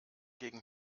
gegen